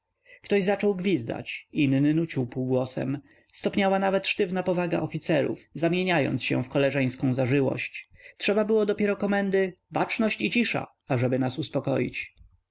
ktoś zaczął gwizdać inny nucił półgłosem stopniała nawet sztywna powaga oficerów zamieniając się w koleżeńską zażyłość trzeba było dopiero komendy baczność i cisza ażeby nas uspokoić